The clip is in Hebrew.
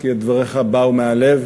כי דבריך באו מהלב,